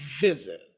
visit